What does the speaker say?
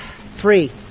Three